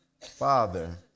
Father